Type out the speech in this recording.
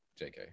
JK